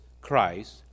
Christ